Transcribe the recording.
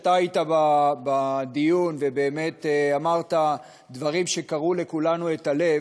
אתה היית בדיון ובאמת אמרת דברים שקרעו לכולנו את הלב.